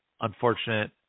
unfortunate